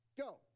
go